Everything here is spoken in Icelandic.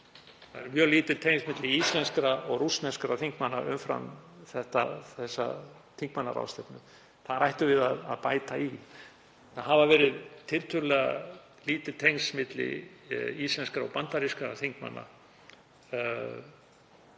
Það eru mjög lítil tengsl milli íslenskra og rússneskra þingmanna umfram þingmannaráðstefnuna. Þar ættum við að bæta í. Það hafa verið tiltölulega lítil tengsl milli íslenskra og bandarískra þingmanna